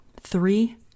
Three